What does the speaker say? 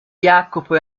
jacopo